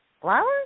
flowers